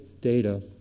data